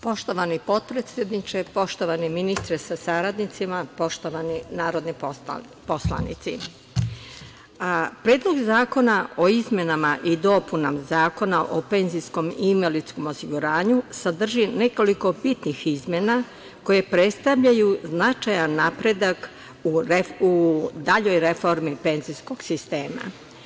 Poštovani potpredsedniče, poštovani ministre sa saradnicima, poštovani narodni poslanici, Predlog zakona o izmenama i dopunama Zakona o PIO sadrži nekoliko bitnih izmena koje predstavljaju značajan napredak u daljoj reformi penzijskog sistema.